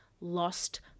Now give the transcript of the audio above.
lost